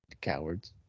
Cowards